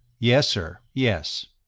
yes, sir, yes.